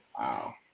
Wow